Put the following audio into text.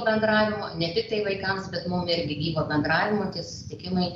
bendravimo ne tiktai vaikams bet mum irgi gyvo bendravimo tie susitikimai